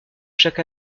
chaque